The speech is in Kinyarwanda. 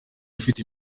ifite